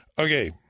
Okay